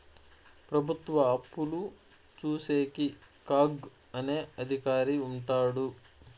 ప్రభుత్వ అప్పులు చూసేకి కాగ్ అనే అధికారి ఉంటాడు